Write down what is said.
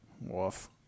Woof